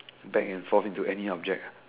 back and forth into any object